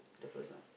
the first one